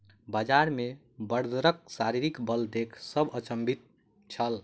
बजार मे बड़दक शारीरिक बल देख सभ अचंभित छल